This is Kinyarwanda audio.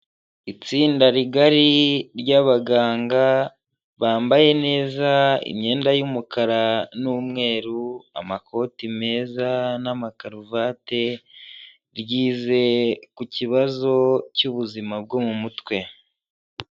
Itsinda rigari ry'abaganga bambaye neza imyenda y'umukara n'umweru, amakoti meza n'amakaruvate, ryize kuki kibazo cy'ubuzima bwo mu mutwe.